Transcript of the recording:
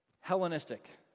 Hellenistic